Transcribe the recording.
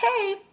hey